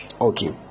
okay